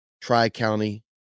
tri-county